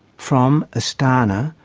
from astana,